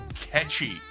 catchy